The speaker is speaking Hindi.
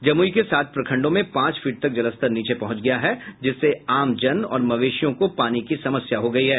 जमुई के सात प्रखंडों में पांच फीट तक जलस्तर नीचे पहुंच गया है जिससे आमजन और मवेशियों को पानी की समस्या हो गयी है